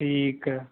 ਠੀਕ ਹੈ